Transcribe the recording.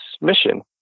mission